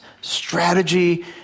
strategy